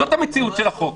זאת המציאות של החוק.